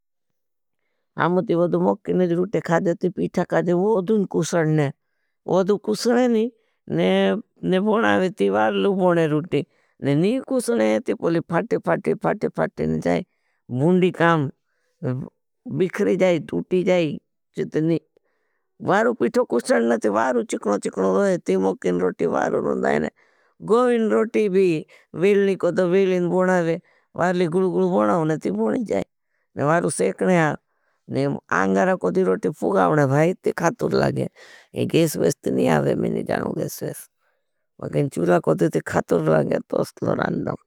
अमती वदू मकने जी रुटे खाजे ती पीठा काजे वोदून कुशने। वोदू कुशने नी ने बुनावे ती वारलू बुने रुटी। ने नी कुशने ती पूली फाटे फाटे फाटे फाटे ने जाए भून्डी काम बिखरे जाए तूटी जाए चितनी। वारू पीठा कुशन ने ती वारू चिकनो चिकनो रोहे ती मकने रुटी वारू रुन दाए। गो ने रुटी भी विल ने कोड़ा विल ने वोना वे वारली गुरु गुरु वोना वे ती बोनी जाए। ने वारू सेखने हाँ ने आंगारा कौदी रुटी पुगावने भाई ती खातूर लागे। जैसे बैस ती नहीं आवे मैं नहीं जाणू गैस बैस पर गेन चुला कौदी ती खातूर लागे तो स्टोरांड़ नहूंते हैं।